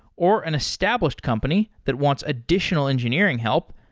or an established company that wants additional engineering help,